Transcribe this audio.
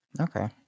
Okay